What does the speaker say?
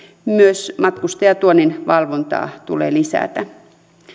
myös matkustajatuonnin valvontaa tulee lisätä